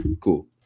Cool